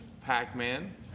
Pac-Man